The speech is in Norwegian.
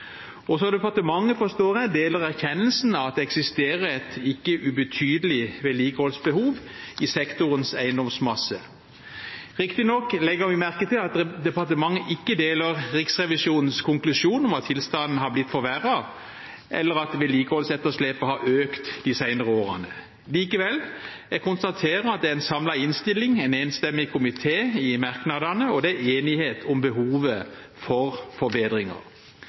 Også departementet, forstår jeg, deler erkjennelsen av at det eksisterer et ikke ubetydelig vedlikeholdsbehov i sektorens eiendomsmasse. Riktignok legger vi merke til at departementet ikke deler Riksrevisjonens konklusjon om at tilstanden har blitt forverret, eller at vedlikeholdsetterslepet har økt de senere årene. Likevel – jeg konstaterer at det er en samlet innstilling, en enstemmig komité i merknadene, og det er enighet om behovet for forbedringer.